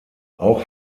auch